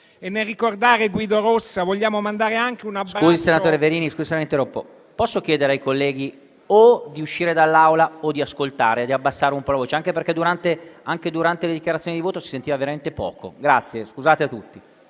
Nel ricordare Guido Rossa, vogliamo mandare anche un abbraccio